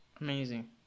Amazing